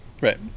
right